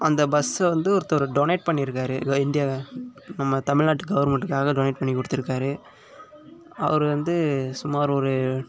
அந்த பஸ்ஸை வந்து ஒருத்தவர் டொனேட் பண்ணியிருக்காரு ஏதோ இந்தியா நம்ம தமிழ்நாட்டு கவர்மெண்ட்டுக்காக டொனேட் பண்ணி கொடுத்துருக்காரு அவர் வந்து சுமார் ஒரு